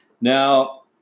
Now